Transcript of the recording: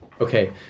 okay